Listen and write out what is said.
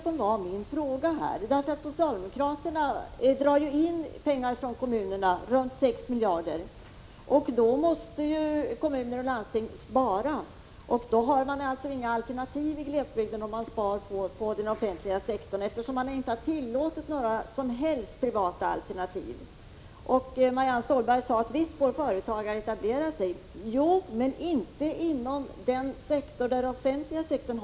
Socialdemokraterna drar ju in runt 6 miljarder från kommunerna. Då måste kommuner och landsting spara, och då har man inget alternativ i glesbygden om man spar på den offentliga sektorn, eftersom det inte har tillåtits några som helst privata alternativ. Visst får företagare etablera sig, säger Marianne Stålberg.